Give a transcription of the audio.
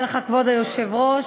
כבוד היושב-ראש,